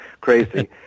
crazy